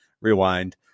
rewind